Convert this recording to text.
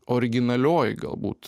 originalioji galbūt